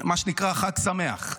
מה שנקרא, חג שמח.